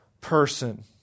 person